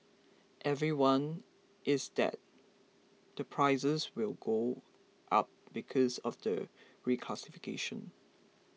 everyone is that the prices will go up because of the reclassification